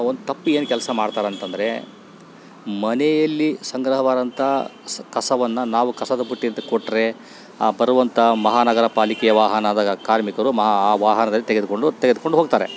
ಒಂದು ತಪ್ಪು ಏನು ಕೆಲಸ ಮಾಡ್ತಾರೆ ಅಂತಂದ್ರೆ ಮನೆಯಲ್ಲಿ ಸಂಗ್ರಹವಾದಂಥ ಸ ಕಸವನ್ನು ನಾವು ಕಸದ ಬುಟ್ಟಿ ಅಂತ ಕೊಟ್ರೆ ಆ ಬರುವಂಥ ಮಹಾನಗರ ಪಾಲಿಕೆಯ ವಾಹನ ಅದಾಗ ಕಾರ್ಮಿಕರು ಮಹ ಆ ವಾಹನದಲ್ಲಿ ತೆಗೆದುಕೊಂಡು ತೆಗೆದ್ಕೊಂಡು ಹೋಗ್ತಾರೆ